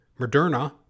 Moderna